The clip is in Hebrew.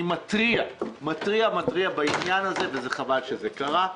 מתריע בעניין הזה וזה חבל שזה קרה.